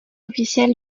officiel